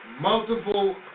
multiple